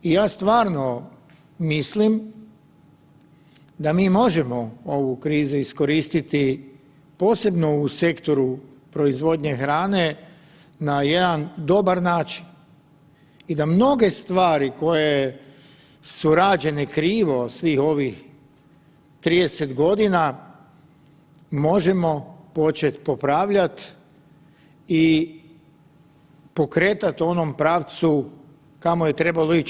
I ja stvarno mislim da mi možemo ovu krizu iskoristiti, posebno u sektoru proizvodnje hrane na jedan dobar način i da mnoge stvari koje su rađene krivo svih ovih 30 godina, možemo početi popravljati i pokretat u onom pravcu kao je trebalo ići.